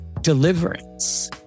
deliverance